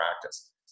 practice